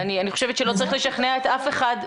אני חושבת שלא צריך לשכנע אף אחד,